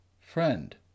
Friend